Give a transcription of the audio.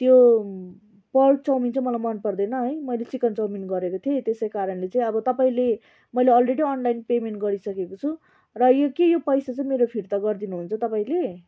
त्यो pork chow mein चाहिँ मलाई मन पर्दैन है मैले चिकन चाउमिन गरेको थिएँ त्यसै कारणले चाहिँ अब तपाईँले मैले अलरेडी अनलाइन पेमेन्ट गरिसकेको छु र के यो पैसा चाहिँ मेरो फिर्ता गरिदिनुहुन्छ तपाईँले